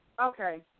Okay